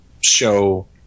show